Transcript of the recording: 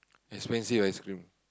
expensive ice-cream